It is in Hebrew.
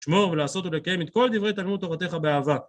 לשמור ולעשות ולקיים את כל דברי תלמוד תורתך באהבה